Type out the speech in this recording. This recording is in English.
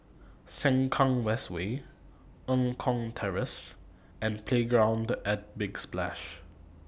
Sengkang West Way Eng Kong Terrace and Playground At Big Splash